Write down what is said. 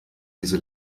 diese